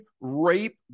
rape